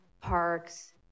parks